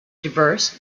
diverse